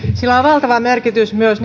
sillä on valtava merkitys myös